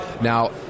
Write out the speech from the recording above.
now